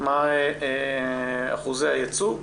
מה אחוזי הייצוג.